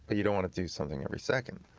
but you don't want to do something every second.